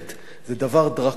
זה דבר דרקוני,